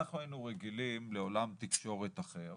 אנחנו היינו רגילים לעולם תקשורת אחר